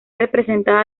representada